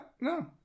no